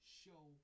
show